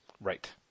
Right